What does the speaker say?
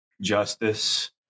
justice